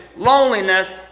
Loneliness